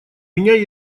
меня